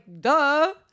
duh